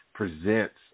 presents